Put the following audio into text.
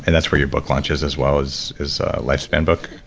and that's for your book launch as as well as as lifespan book